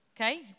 okay